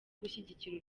gushyigikira